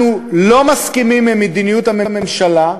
אנחנו לא מסכימים עם מדיניות הממשלה,